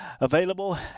available